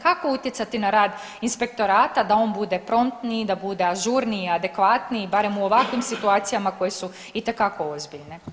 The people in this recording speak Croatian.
Kako utjecati na rad inspektorata da on bude promptniji, da bude ažurniji, adekvatniji barem u ovakvim situacijama koje su itekako ozbiljne?